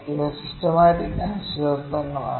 ഇവ സിസ്റ്റമാറ്റിക് അനിശ്ചിതത്വങ്ങളാണ്